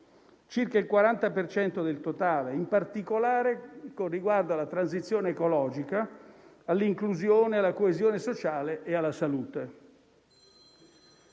per cento del totale, in particolare con riguardo alla transizione ecologica, all'inclusione, alla coesione sociale e alla salute.